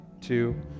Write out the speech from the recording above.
two